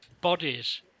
bodies